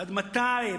עד מתי?